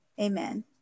amen